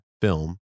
film